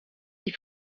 die